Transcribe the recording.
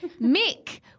Mick